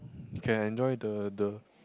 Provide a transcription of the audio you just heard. can enjoy the the